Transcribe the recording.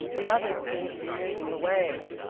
the others seem to be moving away.